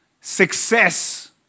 success